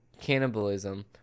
cannibalism